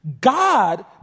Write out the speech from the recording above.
God